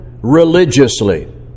religiously